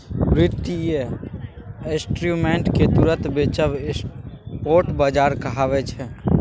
बित्तीय इंस्ट्रूमेंट केँ तुरंत बेचब स्पॉट बजार कहाबै छै